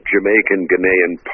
Jamaican-Ghanaian